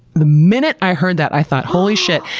the minute i heard that, i thought holy shit,